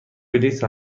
بلیط